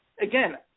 again